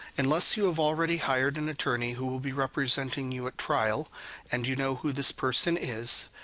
unless you have already hired an attorney who will be representing you at trial and you know who this person is,